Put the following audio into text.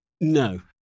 No